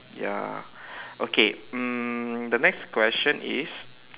ya okay um the next question is